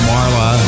Marla